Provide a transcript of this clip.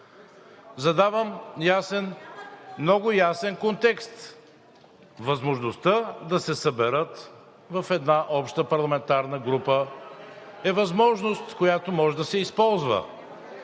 реплики от ГЕРБ-СДС.) Възможността да се съберат в една обща парламентарна група е възможност, която може да се използва.